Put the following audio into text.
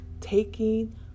taking